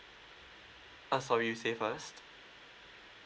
oh sorry you say first